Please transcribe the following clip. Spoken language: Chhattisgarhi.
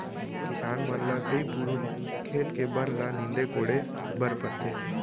किसान मन ल कई पुरूत खेत के बन ल नींदे कोड़े बर परथे